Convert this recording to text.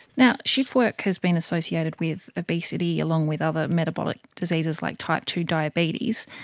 now, shift-work has been associated with obesity, along with other metabolic diseases like type two diabetes.